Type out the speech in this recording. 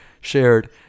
shared